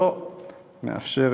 לא מאפשר